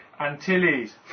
Antilles